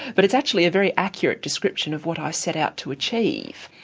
but it's actually a very accurate description of what i set out to achieve.